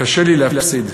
קשה לי להפסיד,